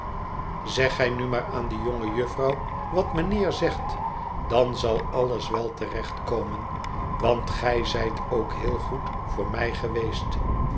zeg gij nu maar aan die jonge jufvrouw wat mijnheer zegt dan zal alles wel te recht komen want gij zijt ook heel goed voor mij geweest